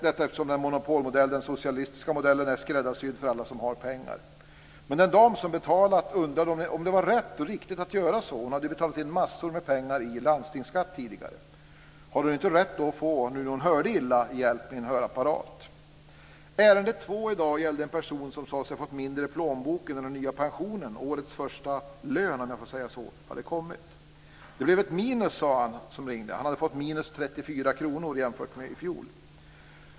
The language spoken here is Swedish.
Detta eftersom den monopolmodellen, den socialistiska modellen, är skräddarsydd för alla som har pengar. Men den dam som betalat undrade om det var rätt och riktigt att göra så. Hon hade ju betalat in massor av pengar i landstingsskatt tidigare. Hade hon då inte rätt nu när hon hörde illa att få hjälp med en hörapparat? Ett annat ärende i dag gällde en person som sade sig fått mindre i plånboken då den nya pensionen, årets första lön, hade kommit. Det blev minus, sa han som ringde. Han hade fått minus 34 kr jämfört med i fjol.